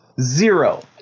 zero